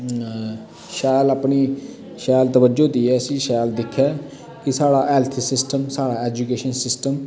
शैल अपनी शैल तवज्जों देआ इस्सी शैल दिक्खे की साढा हैल्थ सिस्टम साढा एजुकेशन सिस्टम